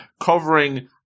covering